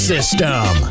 System